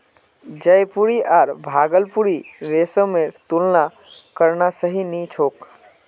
जयपुरी आर भागलपुरी रेशमेर तुलना करना सही नी छोक